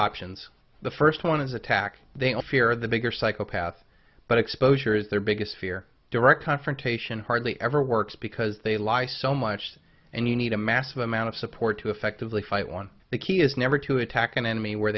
options the first one is attack they all fear the bigger psychopath but exposure is their biggest fear direct confrontation hardly ever works because they lie so much and you need a massive amount of support to effectively fight one of the key is never to attack an enemy where